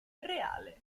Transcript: reale